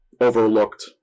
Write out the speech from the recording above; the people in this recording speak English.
overlooked